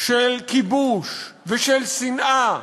של כיבוש ושל שנאה